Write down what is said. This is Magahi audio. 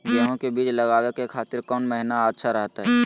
गेहूं के बीज लगावे के खातिर कौन महीना अच्छा रहतय?